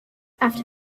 after